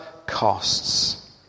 costs